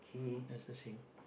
that's the same